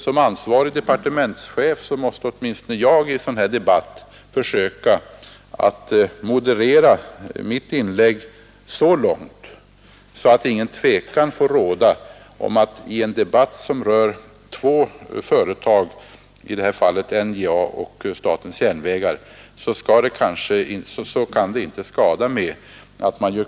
Som ansvarig departementschef måste åtminstone jag i en debatt som denna som berör två företag — i detta fall NJA och statens järnvägar — försöka moderera mitt inlägg.